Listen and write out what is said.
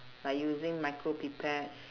like using micro pipettes